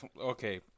Okay